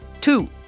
Two